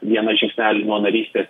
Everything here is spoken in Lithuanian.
vieną žingsnelį nuo narystės